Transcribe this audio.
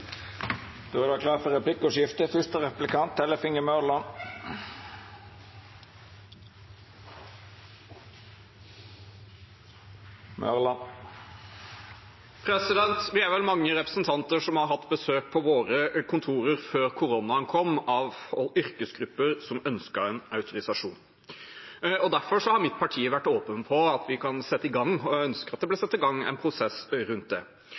replikkordskifte. Vi er vel mange representanter som har hatt besøk på våre kontorer, før koronaen kom, fra yrkesgrupper som ønsker autorisasjon. Derfor har mitt parti vært åpen på at vi kan sette i gang – og har ønsket at det ble satt i gang – en prosess rundt det.